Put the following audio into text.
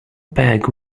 peg